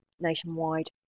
nationwide